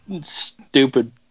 stupid